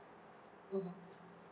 mmhmm